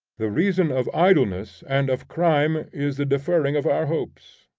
the reason of idleness and of crime is the deferring of our hopes.